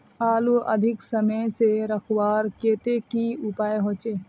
आलूक अधिक समय से रखवार केते की उपाय होचे?